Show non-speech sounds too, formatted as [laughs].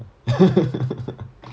[laughs]